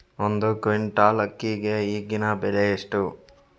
ಒಂದು ಕ್ವಿಂಟಾಲ್ ಅಕ್ಕಿಗೆ ಈಗಿನ ಬೆಲೆ ಎಷ್ಟು?